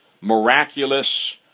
miraculous